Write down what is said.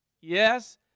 yes